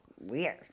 weird